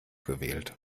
gewählt